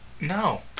No